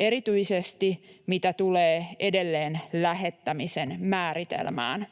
erityisesti, mitä tulee edelleen lähettämisen määritelmään.